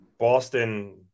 Boston